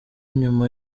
nyuma